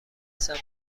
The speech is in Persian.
سمت